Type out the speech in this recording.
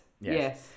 Yes